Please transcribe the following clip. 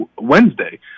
Wednesday